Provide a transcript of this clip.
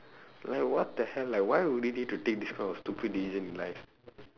like what the hell like why would they need to take this kind of stupid decisions in life